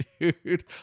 dude